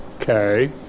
Okay